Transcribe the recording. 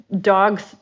dogs